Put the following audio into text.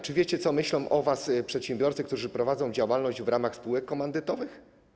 Czy wiecie, co myślą o was przedsiębiorcy, którzy prowadzą działalność w ramach spółek komandytowych?